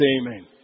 amen